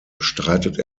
streitet